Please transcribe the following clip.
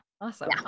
awesome